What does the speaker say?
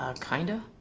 ah kind of.